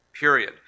period